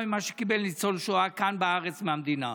ממה שקיבל ניצול שואה כאן בארץ מהמדינה.